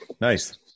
Nice